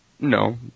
No